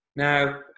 Now